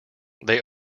they